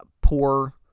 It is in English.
poor